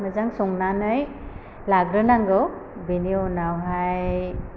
मोजां संनानै लाग्रोनांगौ बेनि उनावहाय